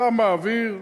אתה מעביר,